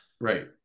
right